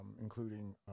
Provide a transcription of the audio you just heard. including